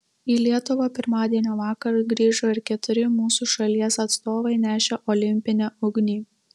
į lietuvą pirmadienio vakarą grįžo ir keturi mūsų šalies atstovai nešę olimpinę ugnį